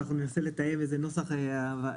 אנחנו ננסה לתאם איזה נוסח הבהרה,